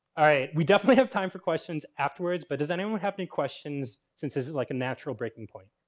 all right, we definitely have time for questions afterwards, but does anyone have any questions since this is like a natural breaking point.